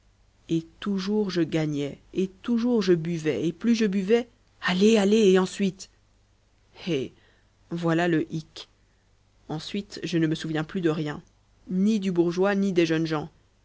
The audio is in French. et toujours je gagnais et toujours je buvais et plus je buvais allez allez et ensuite eh voilà le hic ensuite je ne me souviens plus de rien ni du bourgeois ni des jeunes gens